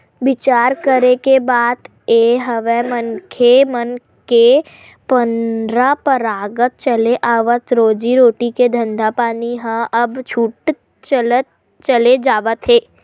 बिचार करे के बात ये हवय के मनखे मन के पंरापरागत चले आवत रोजी रोटी के धंधापानी ह अब छूटत चले जावत हवय